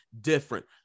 different